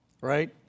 right